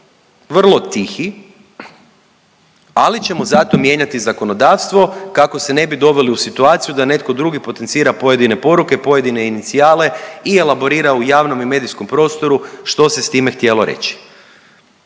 vrlo tihi, ali ćemo zato mijenjati zakonodavstvo kako se ne bi doveli u situaciju da netko drugi potencira pojedine poruke, pojedine inicijale i elaborira u javnom i medijskom prostoru što se s time htjelo reći.